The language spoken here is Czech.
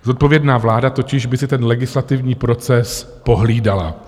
Zodpovědná vláda totiž by si ten legislativní proces pohlídala.